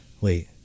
Wait